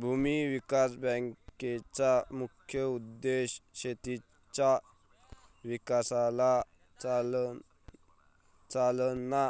भूमी विकास बँकेचा मुख्य उद्देश शेतीच्या विकासाला चालना